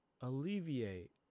Alleviate